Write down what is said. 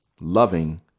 Loving